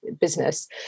business